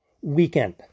weekend